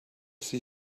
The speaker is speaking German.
sie